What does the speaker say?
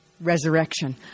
resurrection